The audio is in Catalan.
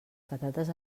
patates